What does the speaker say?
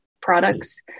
products